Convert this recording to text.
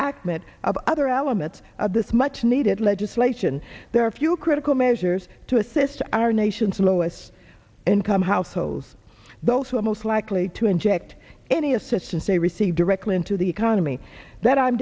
achmet of other elements of this much needed legislation there are a few critical measures to assist our nation's lowest income households those who are most likely to inject any assistance they receive directly into the economy that i'm